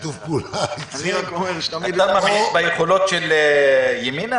או שזה מישהו --- אתה ממעיט ביכולות של ימינה?